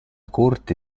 corte